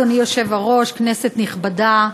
אדוני היושב-ראש, כנסת נכבדה,